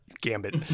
Gambit